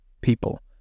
people